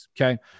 okay